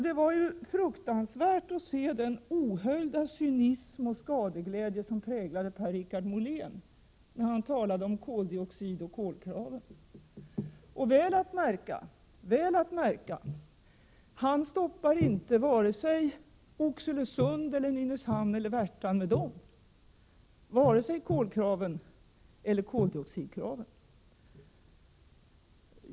Det var fruktansvärt att iaktta den ohöljda cynism och skadeglädje som präglade Per-Richard Molén, när han talade om koldioxid och kolkraven. Väl att märka är att han inte stoppar vare sig Oxelösund, Nynäshamn eller Värtan med kolkraven eller koldioxidkraven.